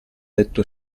letto